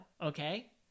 okay